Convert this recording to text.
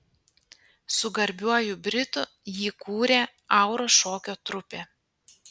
su garbiuoju britu jį kūrė auros šokio trupė